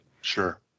sure